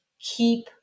keep